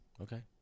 Okay